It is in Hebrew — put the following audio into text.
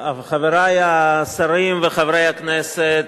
תודה רבה, חברי השרים וחברי הכנסת,